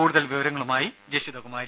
കൂടുതൽ വിവരങ്ങളുമായി ജഷിത കുമാരി